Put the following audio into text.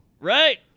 Right